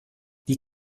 wie